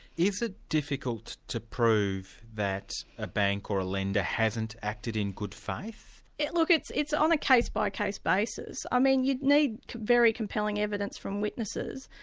is it difficult to prove that a bank or a lender hasn't acted in good faith? look, it's it's on a case-by-case basis. i mean you'd need very compelling evidence from witnesses.